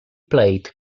played